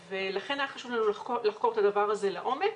לכן היה חשוב לנו לחקור את הדבר הזה לעומק.